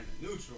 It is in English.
neutral